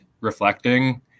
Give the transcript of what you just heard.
reflecting